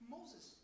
Moses